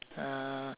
uh